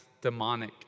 demonic